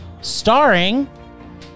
starring